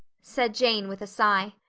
said jane with a sigh,